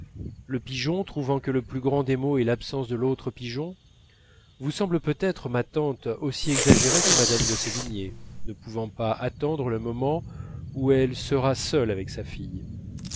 le pigeon trouvant que le plus grand des maux est l'absence de l'autre pigeon vous semblent peut-être ma tante aussi exagérés que mme de sévigné ne pouvant pas attendre le moment où elle sera seule avec sa fille